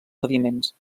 sediments